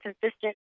consistent